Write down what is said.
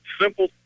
simple